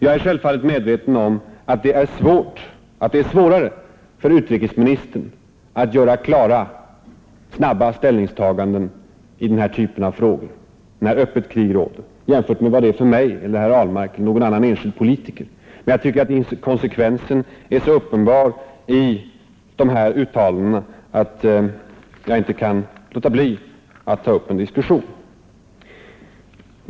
Jag är självfallet medveten om att det är svårare för utrikesministern att göra klara och snabba ställningstaganden i den här typen av frågor när öppet krig råder än vad det är för mig, herr Ahlmark eller någon annan enskild politiker. Men jag tycker att inkonsekvensen i dessa uttalanden är så uppenbar att jag inte kan underlåta att ta upp en diskussion.